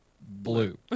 Blue